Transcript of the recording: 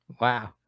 Wow